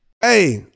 Hey